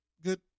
good